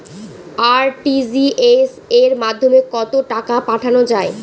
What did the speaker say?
RTGS এর মাধ্যমে কত টাকা পাঠানো যায়?